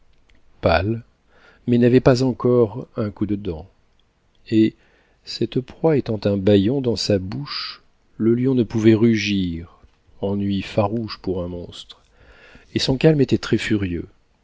pâle mais n'avait pas encore un coup de dent et cette proie étant un bâillon dans sa bouche le lion ne pouvait rugir ennui farouche pour un monstre et son calme était très furieux